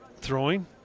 throwing